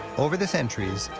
over the centuries,